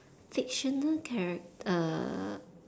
fictional character err